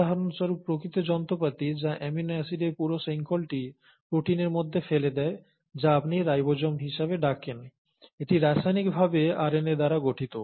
উদাহরণস্বরূপ প্রকৃত যন্ত্রপাতি যা অ্যামিনো অ্যাসিডের পুরো শৃঙ্খলটি প্রোটিনের মধ্যে ফেলে দেয় যা আপনি রাইবোসোম হিসাবে ডাকেন এটি রাসায়নিকভাবে আরএনএ দ্বারা গঠিত